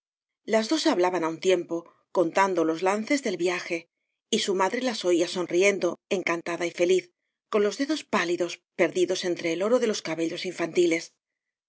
las dos habiaban á un tiempo contando los lances del viaje y su madre las oía sonriendo encan tada y feliz con los dedos pálidos perdidos entre el oro de los cabellos infantiles